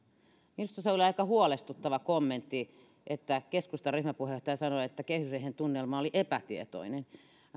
minusta se oli aika huolestuttava kommentti että keskustan ryhmäpuheenjohtaja sanoi että kehysriihen tunnelma oli epätietoinen